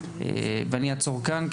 אני אעצור כאן.